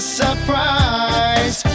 surprise